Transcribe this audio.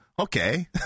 Okay